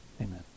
Amen